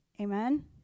Amen